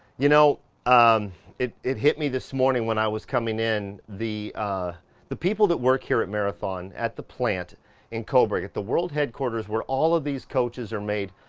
you know um it it hit me this morning when i was coming in, the ah the people that work here at marathon, at the plant in coburg, at the world headquarters, where all of these coaches are made.